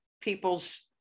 people's